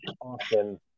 often